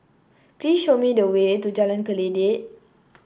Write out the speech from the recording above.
please show me the way to Jalan Kledek